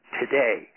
today